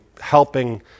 helping